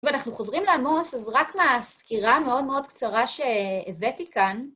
ואנחנו חוזרים לעמוס, אז רק מההסקירה מאוד מאוד קצרה שהבאתי כאן.